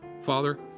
Father